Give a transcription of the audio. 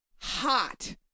hot